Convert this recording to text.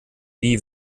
wie